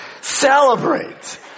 Celebrate